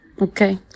Okay